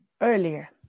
earlier